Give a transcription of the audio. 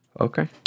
Okay